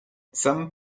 some